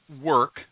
work